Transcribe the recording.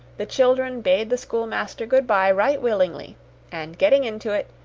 the children bade the schoolmaster good-bye right willingly and getting into it,